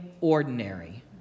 ordinary